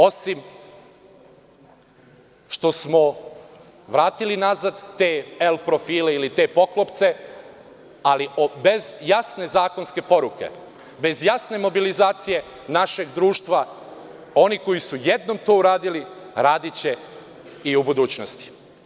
Osim što smo vratili nazad te „el“ profile ili te poklopce, ali bez jasne zakonske poruke, bez jasne mobilizacije našeg društva, oni koji su jednom to uradili, radiće i u budućnosti.